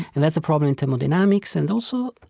and that's a problem in thermodynamics and also,